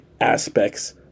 aspects